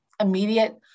immediate